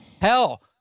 Hell